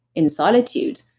in solitude.